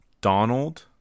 Donald